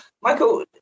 Michael